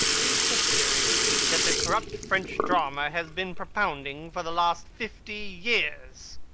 is the theory that the corrupt french drama has been propounding for the last fifty years.